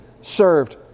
served